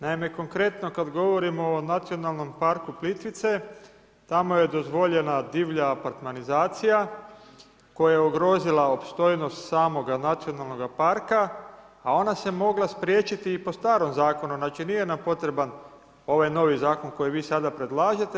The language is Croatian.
Naime, konkretno kada govorimo o Nacionalnom parku Plitvice, tamo je dozvoljena divlja apartmanizacija koja je ugrozila opstojnost samoga nacionalnog parka, a ona se mogla spriječiti i po starom zakonu, znači nije nam potreban ovaj novi zakon koji vi sada predlažete.